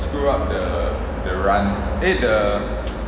screw up the the run eh the